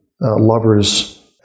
lovers